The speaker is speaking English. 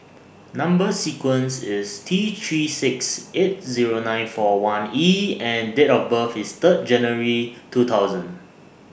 Number sequence IS T three six eight Zero nine four one E and Date of birth IS Third January two thousand